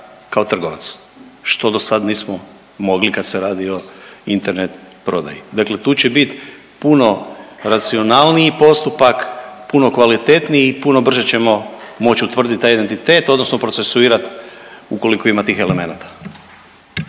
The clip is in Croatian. kao trgovac što dosada nismo mogli kad se radi o Internet prodaju. Dakle, tu će biti puno racionalniji postupak, puno kvalitetniji i puno brže ćemo moći utvrditi taj identitet odnosno procesuirat ukoliko ima tih elemenata.